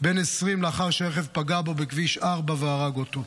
לאחר שרכב פגע בו בכביש 4 והרג אותו,